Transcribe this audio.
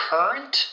Current